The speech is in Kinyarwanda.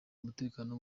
umutekano